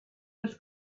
was